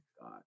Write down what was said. God